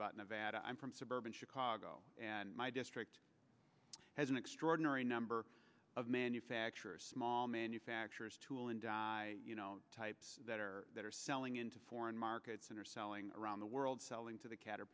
about nevada i'm from suburban chicago and my district has an extraordinary number of manufacturers small manufacturers tool and die you know types that are that are selling into foreign markets and are selling around the world selling to the